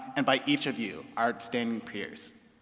and by each of you, our esteemed peers.